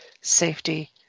safety